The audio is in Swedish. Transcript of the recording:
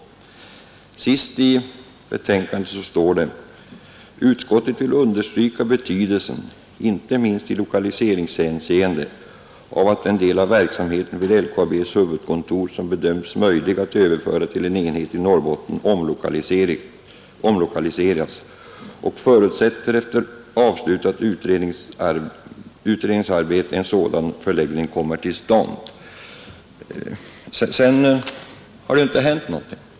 Sist i betänkandet sägs det: ”Utskottet vill understryka betydelsen — inte minst i lokaliseringshänseende — av att den del av verksamheten vid LKAB s huvudkontor som bedöms möjlig att överföra till en enhet i Norrbotten omlokaliseras och förutsätter att efter avslutat utredningsarbete en sådan förläggning kommer till stånd.” Sedan har det inte hänt någonting.